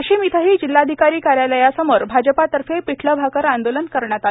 वाशिम येथील जिल्हाधिकारी कार्यालयासमोर भाजपातर्फे पिठलं भाकर आंदोलन करण्यात आल